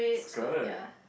skirt